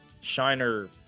shiner